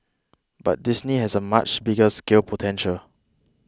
but Disney has a much bigger scale potential